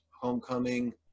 homecoming